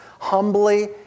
Humbly